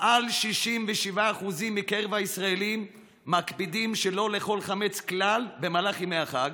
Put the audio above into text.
מעל 67% מקרב הישראלים מקפידים שלא לאכול חמץ כלל במהלך ימי החג,